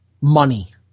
money